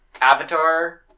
Avatar